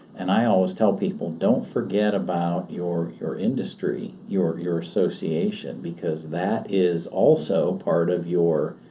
and i always tell people, don't forget about your your industry, your your association because that is also part of your,